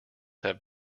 have